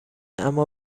اما